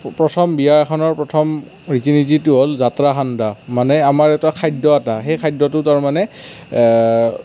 প্ৰথম বিয়া এখনৰ প্ৰথম ৰীতি নীতিটো হ'ল যাত্ৰা খন্দা মানে আমাৰ এটা খাদ্য এটা সেই খাদ্যটো তাৰমানে